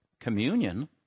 communion